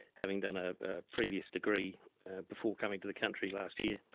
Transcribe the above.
having done a previous degree before coming to the country last year.